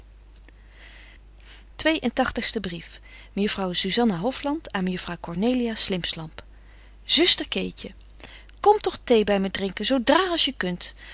tagtigste brief mejuffrouw zuzanna hofland aan mejuffrouw cornelia slimpslamp zuster keetje kom toch thee by me drinken zo dra als je kunt